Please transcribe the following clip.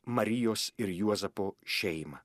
marijos ir juozapo šeimą